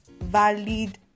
valid